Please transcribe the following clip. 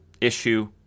issue